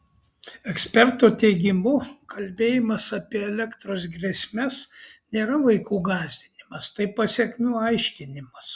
eksperto teigimu kalbėjimas apie elektros grėsmes nėra vaikų gąsdinimas tai pasekmių aiškinimas